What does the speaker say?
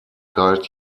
galt